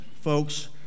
folks